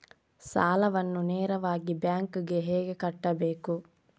ಸಾಲವನ್ನು ನೇರವಾಗಿ ಬ್ಯಾಂಕ್ ಗೆ ಹೇಗೆ ಕಟ್ಟಬೇಕು?